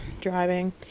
driving